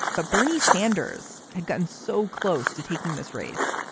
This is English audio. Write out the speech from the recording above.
but bernie sanders had gotten so close to taking this race,